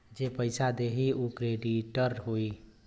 जे पइसा देई उ क्रेडिटर होई